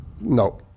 no